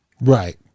right